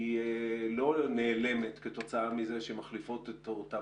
היא לא נעלמת כתוצאה מזה שמחליפות אותה